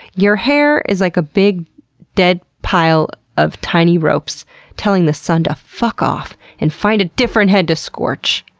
your hair is like a big dead pile of tiny ropes telling the sun to fuck off and find a different head to scorch.